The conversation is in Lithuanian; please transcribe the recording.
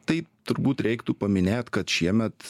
tai turbūt reiktų paminėt kad šiemet